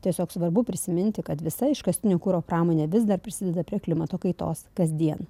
tiesiog svarbu prisiminti kad visa iškastinio kuro pramonė vis dar prisideda prie klimato kaitos kasdien